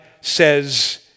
says